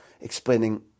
explaining